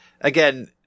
again